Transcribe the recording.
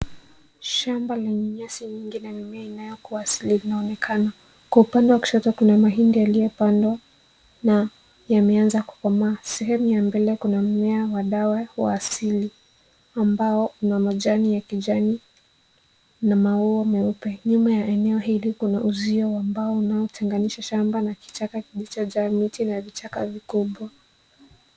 Shamba lenye nyasi nyingi na mimea inayokua asili inaonekana. Kwa upande wa kushoto kuna mahindi yaliyopandwa na yameanza kukomaa. Sehemu ya mbele kuna mmea wa dawa wa asili ambao una majani ya kijani na maua meupe. Nyuma ya eneo hili kuna uzio wa mbao unaotenganisha shamba na kichaka kilichojaa miti na vichaka vikubwa.